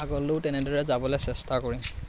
আগলৈও তেনেদৰে যাবলৈ চেষ্টা কৰিম